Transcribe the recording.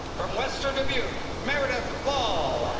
from western dubuque, meredith bahl.